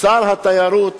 שר התיירות